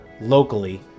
locally